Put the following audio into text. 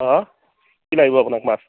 অঁ কি লাগিব আপোনাক মাছ